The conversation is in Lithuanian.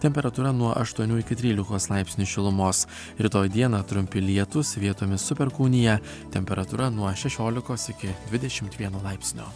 temperatūra nuo aštuonių iki trylikos laipsnių šilumos rytoj dieną trumpi lietūs vietomis su perkūnija temperatūra nuo šešiolikos iki dvidešimt vieno laipsnio